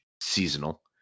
seasonal